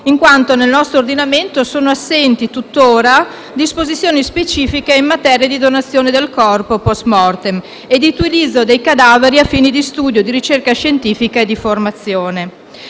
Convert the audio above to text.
in quanto nel nostro ordinamento sono assenti tutt'ora disposizioni specifiche in materia di donazione del corpo *post mortem* e di utilizzo dei cadaveri a fini di studio, di ricerca scientifica e di formazione.